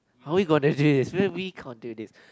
how are we gonna do this we can't do this